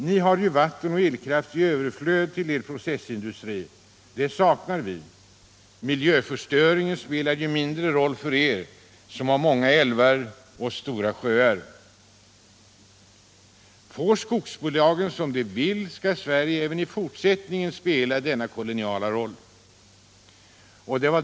Ni har ju vatten och elkraft i överflöd till er processindustri — det saknar vi. Miljöförstöringen spelar mindre roll för er som har många älvar och stora sjöar. Får skogsbolagen som de vill skall Sverige även i fortsättningen spela denna koloniala roll.